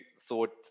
thought